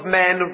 men